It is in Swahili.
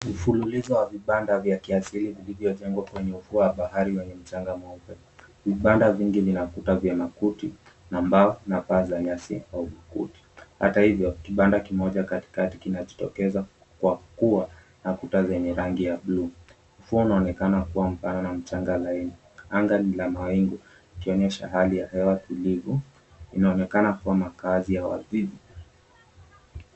Mfululizo wa kibanda ya kiasili iliyojengwa kwenye ufuo wa bahari wenye mchanga mweupe. Vibanda vingi vina ukuta vya makuti na mbao na paa za nyasi au kuti. Hata hivo kibanda kimoja katikati kinajitokeza kwa kuwa na kuta zenye rangi ya buluu. Ufuo unaonekana kuwa mpana na mchanga zadi. Anga ni la mawingu ikionyesha hali ya hewa tulivu inaonekana kuwa makazi ya wavivu.